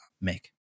make